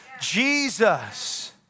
Jesus